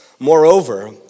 Moreover